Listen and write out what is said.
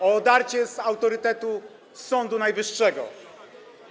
o odarcie z autorytetu Sądu Najwyższego.